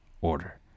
order